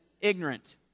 ignorant